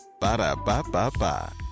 Ba-da-ba-ba-ba